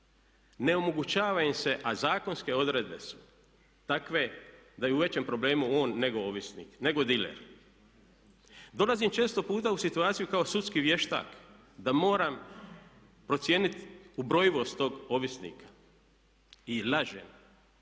ne omogućava im se a zakonske odredbe su takve da je u većem problemu on nego ovisnik, nego diler. Dolazim često puta u situaciju kao sudski vještak da moram procijeniti ubrojivost tog ovisnika i laže